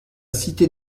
cité